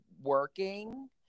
working